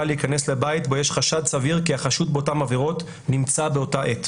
להיכנס לבית בו יש חשד סביר כי החשוד באותן עבירות נמצא באותה עת.